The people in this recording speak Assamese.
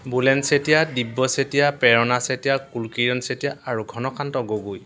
বুলেন চেতিয়া দিব্য চেতিয়া প্ৰেৰণা চেতিয়া কুলকিৰণ চেতিয়া আৰু ঘনকান্ত গগৈ